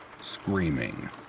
screaming